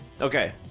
Okay